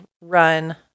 run